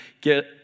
get